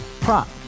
prop